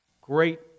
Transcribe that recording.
Great